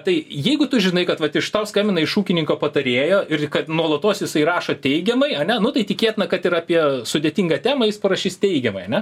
tai jeigu tu žinai kad vat iš tau skambina iš ūkininko patarėjo ir kad nuolatos jisai rašo teigiamai a ne nu tai tikėtina kad ir apie sudėtingą temą jis parašys teigiamai ane